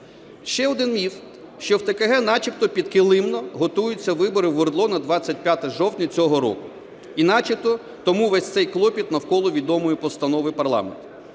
Ще один міф, що в ТКГ начебто підкилимно готуються вибори в ОРДЛО на 25 жовтня цього року і начебто тому весь цей клопіт навколо відомої постанови парламенту.